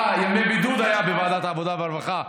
אה, ימי בידוד היה בוועדת העבודה והרווחה.